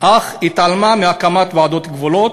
אך התעלמה מהקמת ועדות גבולות,